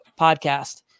podcast